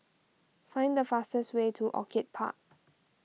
find the fastest way to Orchid Park